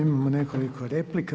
Imamo nekoliko replika.